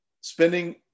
Spending